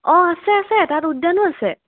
অঁ আছে আছে তাত উদ্যানো আছে